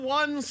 one